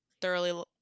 thoroughly